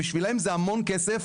בשבילם זה המון כסף,